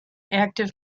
active